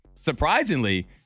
surprisingly